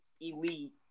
elite